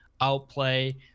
outplay